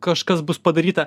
kažkas bus padaryta